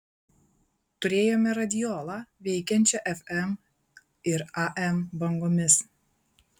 turėjome radiolą veikiančią fm ir am bangomis